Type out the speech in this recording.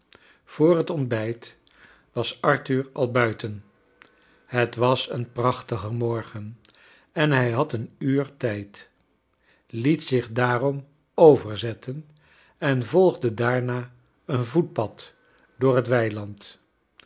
voor ht ontbijt was arthur al buiten her was een prachtige morgen en hij had een uur tijd liet zich daarom overzetten en volgde daarna een voetpad door het weiland